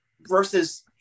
versus